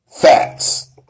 Facts